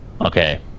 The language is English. Okay